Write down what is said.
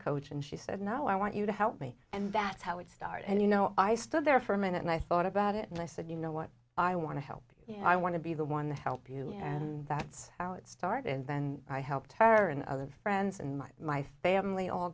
coach and she said no i want you to help me and that's how it started and you know i stood there for a minute and i thought about it and i said you know what i want to help i want to be the one to help you and that's how it started and then i helped her and others friends and my my family all